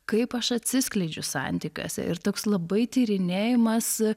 kaip aš atsiskleidžiau santykiuose ir toks labai tyrinėjimas